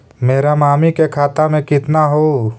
मेरा मामी के खाता में कितना हूउ?